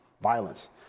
violence